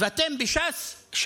ואתם שם בש"ס,